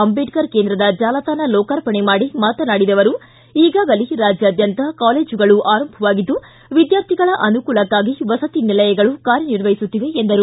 ಅಂಬೇಡ್ಕರ್ ಕೇಂದ್ರದ ಜಾಲತಾಣ ಲೋಕಾರ್ಪಣೆ ಮಾಡಿ ಮಾತನಾಡಿದ ಅವರು ಈಗಾಗಲೇ ರಾಜ್ಯಾದ್ಯಂತ ಕಾಲೇಜುಗಳು ಆರಂಭವಾಗಿದ್ದು ವಿದ್ಯಾರ್ಥಿಗಳ ಅನುಕೂಲಕ್ಕಾಗಿ ವಸತಿ ನಿಲಯಗಳು ಕಾರ್ಯನಿರ್ವಹಿಸುತ್ತಿವೆ ಎಂದರು